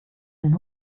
einen